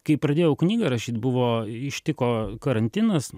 kai pradėjau knygą rašyt buvo ištiko karantinas